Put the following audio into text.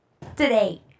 today